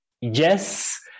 yes